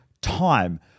time